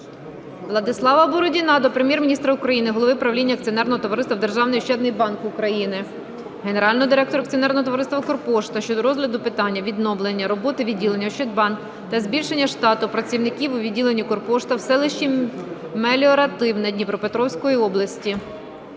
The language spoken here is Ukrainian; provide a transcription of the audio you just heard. Владислава Бородіна до Прем'єр-міністра України, голови правління акціонерного товариства "Державний ощадний банк України", Генерального директора акціонерного товариства "Укрпошта" щодо розгляду питання відновлення роботи відділення "Ощадбанк" та збільшення штату працівників у відділенні "Укрпошта" в селищі Меліоративне Дніпропетровської області.